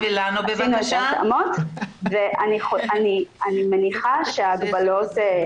עשינו את ההתאמות ואני מניחה שההגבלות יירדו,